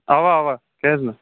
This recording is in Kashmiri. اَوا اَوا کیٛازِ نہٕ